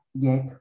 get